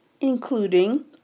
including